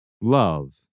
Love